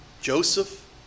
Joseph